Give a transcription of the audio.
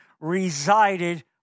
resided